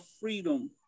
freedom